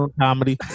comedy